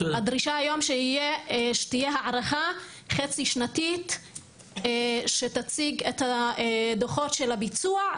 הדרישה היום היה שתהיה הערכה חצי שנתית שתציג את דו"חות הביצוע,